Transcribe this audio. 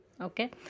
okay